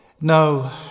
No